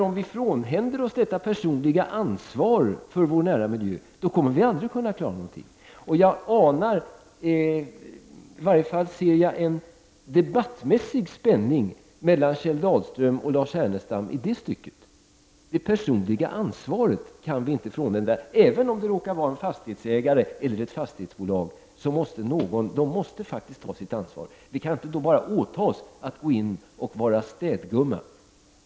Om vi frånhänder oss det personliga ansvaret för vår närmiljö, kommer vi aldrig att kunna klara någonting. Jag anar en debattmässig spänning mellan Kjell Dahlström och Lars Ernestam i det stycket. Det personliga ansvaret kan vi alltså inte frånhända oss. Det gäller alltså även fastighetsägare och fastighetsbolag, för även dessa måste alltså faktiskt ta sitt ansvar. Vi kan inte bara åtaga oss att vara städgumma.